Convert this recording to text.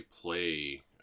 play